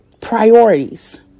Priorities